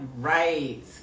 Right